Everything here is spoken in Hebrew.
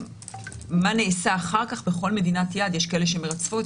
מה נעשה אחר כך בכל מדינת יעד יש כאלה שמרצפות,